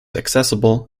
accessible